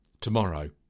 Tomorrow